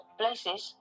places